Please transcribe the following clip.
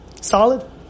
Solid